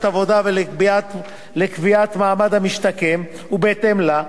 עבודה ולקביעת מעמד המשתקם בהתאם לה,